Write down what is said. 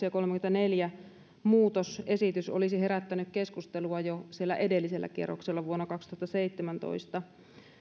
ja kolmannenkymmenennenneljännen pykälän muutosesitys olisi herättänyt keskustelua jo siellä edellisellä kierroksella vuonna kaksituhattaseitsemäntoista